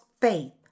faith